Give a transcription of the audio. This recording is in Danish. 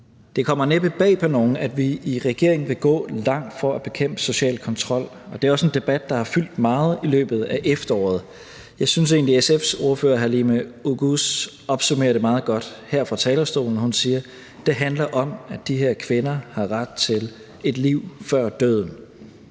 Det kommer næppe bag på nogen, at vi i regeringen vil gå langt for at bekæmpe social kontrol, og det er også en debat, der har fyldt meget i løbet af efteråret. Jeg synes egentlig, at SF's ordfører, Halime Oguz, opsummerer det meget godt her fra talerstolen, når hun siger, at det handler om, at de her kvinder har ret til et liv før døden,